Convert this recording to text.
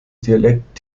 dialekt